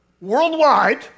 Worldwide